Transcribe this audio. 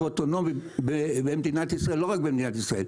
אוטונומי במדינת ישראל ולא רק במדינת ישראל,